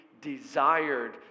desired